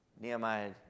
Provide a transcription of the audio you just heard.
Nehemiah